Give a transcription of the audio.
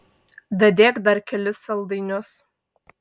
dadėk dar kelis saldainius